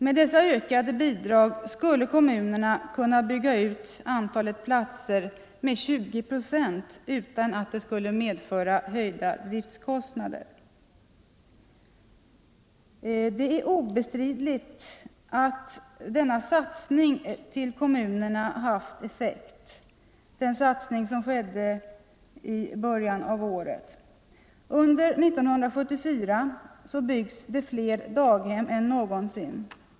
Med dessa ökade bidrag skulle kommunerna kunna bygga ut antalet platser med 20 procent utan att det skulle medföra höjda driftkostnader. Det är obestridligt att denna satsning till kommunerna haft effekt — den satsning som skedde i början av året. Under 1974 byggs fler daghem än någonsin.